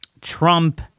Trump